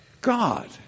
God